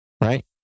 Right